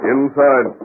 Inside